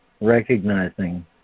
recognizing